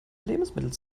lebensmittel